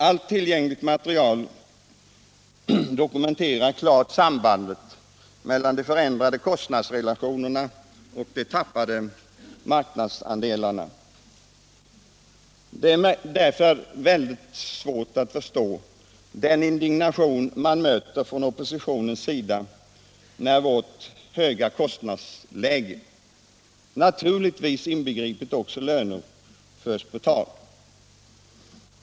Allt tillgängligt material dokumenterar klart sambandet mellan de förändrade kostnadsrelationerna och de tappade marknadsandelarna. Det är därför mycket svårt att förstå den indignation man möter från oppositionens sida när vårt höga kostnadsläge — naturligtvis inbegripet också lönerna — förs på tal.